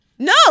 No